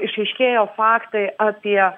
išaiškėjo faktai apie